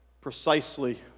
precisely